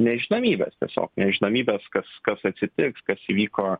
nežinomybės tiesiog nežinomybės kas kas atsitiks kas įvyko